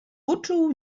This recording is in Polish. uczuł